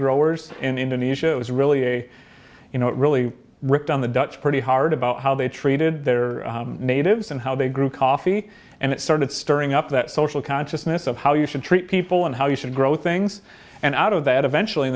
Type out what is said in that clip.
growers in indonesia it was really a you know really ripped on the dutch pretty hard about how they treated their natives and how they grew coffee and it started stirring up that social consciousness of how you should treat people and how you should grow things and out of that eventually